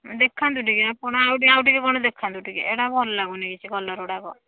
ଦେଖାନ୍ତୁ ଟିକିଏ ଆପଣ ଆଉ ଟିକିଏ ଆଉ ଟିକିଏ କ'ଣ ଦେଖାନ୍ତୁ ଟିକିଏ ଏଇଟା ଭଲ ଲାଗୁନି କିଛି କଲର୍ଗୁଡ଼ାକ